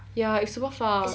ya it's super far